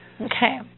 Okay